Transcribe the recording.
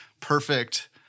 perfect